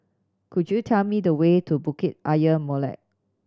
could you tell me the way to Bukit Ayer Molek